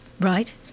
Right